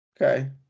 Okay